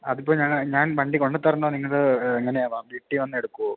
അതിപ്പൊ ഞാൻ വണ്ടി കൊണ്ടുത്തരണോ നിങ്ങൾ എങ്ങനെയാണ് വീട്ടിൽ വന്നെടുക്കുമോ